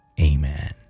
Amen